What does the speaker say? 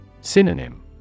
Synonym